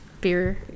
beer